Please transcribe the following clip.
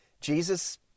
Jesus